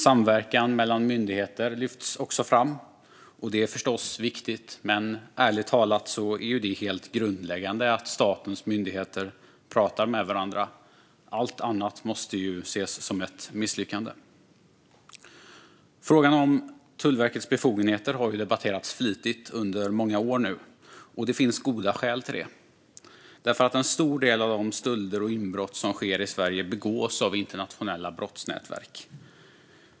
Samverkan mellan myndigheter lyfts också fram, och det är förstås viktigt, men ärligt talat är det helt grundläggande att statens myndigheter pratar med varandra. Allt annat måste ses som ett misslyckande. Frågan om Tullverkets befogenheter har debatterats flitigt under många år nu. Det finns goda skäl till det. En stor del av de stölder och inbrott som sker i Sverige begås av internationella brottsnätverk.